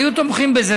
היו תומכים בזה.